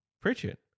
Pritchett